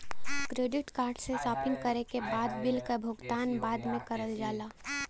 credit card से shopping करे के बाद बिल क भुगतान बाद में करल जाला